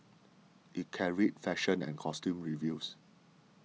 it carried fashion and costume reviews